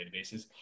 databases